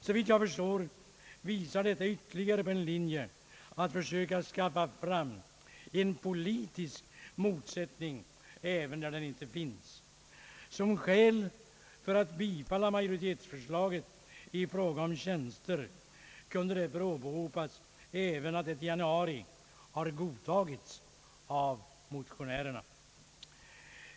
Såvitt jag förstår visar detta på ytterligare en linje att försöka skapa en politisk motsättning även när den inte finns. Som skäl för att bifalla majoritetsförslaget i fråga om tjänster kunde därför även åberopas att det i januari har godtagits av motionärerna.